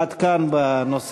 עד כאן בנושא